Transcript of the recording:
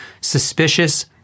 suspicious